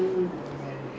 a marriage type